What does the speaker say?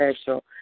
special